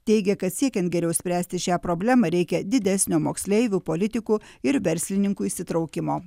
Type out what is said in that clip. teigia kad siekiant geriau spręsti šią problemą reikia didesnio moksleivių politikų ir verslininkų įsitraukimo